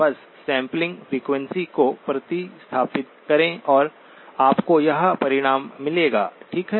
बस sampling frequency को प्रतिस्थापित करें और आपको यह परिणाम मिलेगा ठीक है